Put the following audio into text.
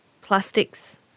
plastics